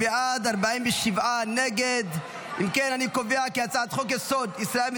לוועדה את הצעת חוק-יסוד: ישראל,